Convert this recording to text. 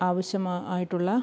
ആവശ്യം ആയിട്ടുള്ള